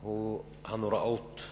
הוא הנוראות,